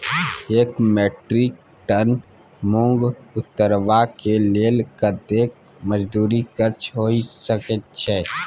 एक metric ton मूंग उतरबा के लेल कतेक मजदूरी खर्च होय सकेत छै?